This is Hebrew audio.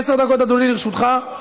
עשר דקות, אדוני, לרשותך.